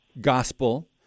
Gospel